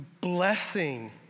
blessing